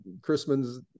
Chrisman's